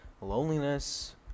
loneliness